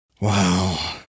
Wow